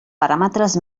paràmetres